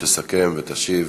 תסכם ותשיב